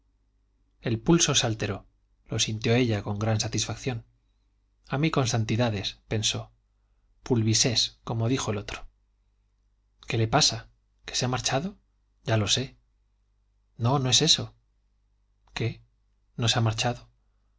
el pulso se alteró lo sintió ella con gran satisfacción a mí con santidades pensó pulvisés como dijo el otro qué le pasa qué se ha marchado ya lo sé no no es eso qué no se ha marchado